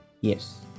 yes